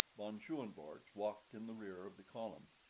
von schoenvorts walked in the rear of the column,